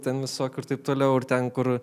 ten visokių ir taip toliau ir ten kur